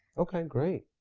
okay, great.